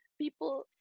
people